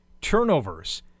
turnovers